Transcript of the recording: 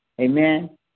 Amen